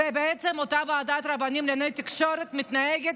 ואותה ועדת רבנים לענייני תקשורת מתנהגת